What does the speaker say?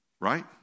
right